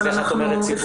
אז איך את אומרת "ציבור"?